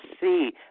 see